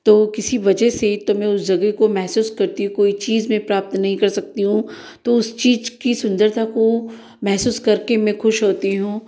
किसी वजह से तो मैं उस जगह को महसूस करती हूँ कोई चीज मैं प्राप्त नहीं कर सकती हूँ तो उस चीज की सुंदरता को महसूस करके मैं खुश होती हूँ